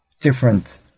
different